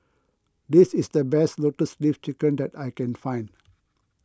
this is the best Lotus Leaf Chicken that I can find